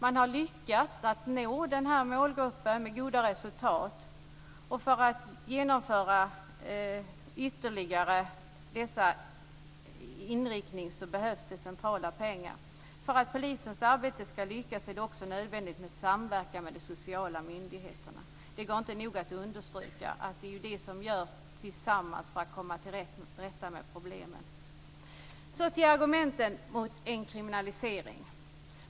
Man har lyckats nå den här målgruppen med goda resultat. För att genomföra ytterligare verksamhet med sådan inriktning behövs det centrala pengar. För att polisens arbete skall lyckas är det också nödvändigt med samverkan med de sociala myndigheterna. Det går inte nog att understryka att det är genom samverkan som man kommer till rätta med problem. Så går jag över till argumenten mot en kriminalisering.